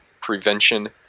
prevention